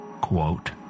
Quote